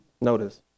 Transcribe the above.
notice